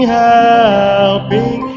helping